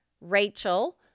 Rachel